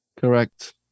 correct